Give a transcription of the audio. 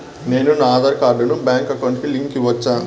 నేను నా ఆధార్ కార్డును బ్యాంకు అకౌంట్ కి లింకు ఇవ్వొచ్చా?